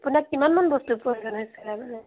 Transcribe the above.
আপোনাক কিমানমান বস্তুৰ প্ৰয়োজন হৈছিলে মানে